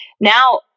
Now